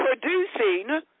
Producing